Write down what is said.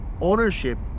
ownership